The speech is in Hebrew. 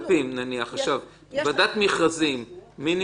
מי נמצא בוועדת מכרזים?